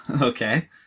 Okay